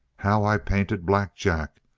how i painted black jack,